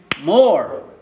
More